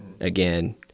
again